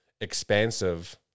expansive